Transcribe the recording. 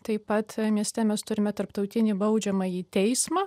taip pat mieste mes turime tarptautinį baudžiamąjį teismą